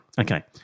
Okay